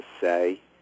say